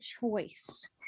choice